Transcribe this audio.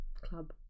club